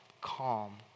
calm